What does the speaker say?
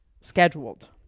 scheduled